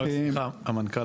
רק סליחה, המנכ"ל.